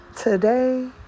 today